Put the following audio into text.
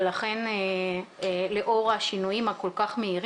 ולכן לאור השינויים הכל כך מהירים,